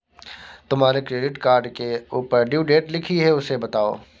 तुम्हारे credit card के ऊपर ड्यू डेट लिखी है उसे बताओ